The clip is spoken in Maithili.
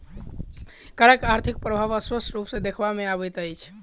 करक आर्थिक प्रभाव स्पष्ट रूप सॅ देखबा मे अबैत अछि